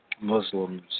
Muslims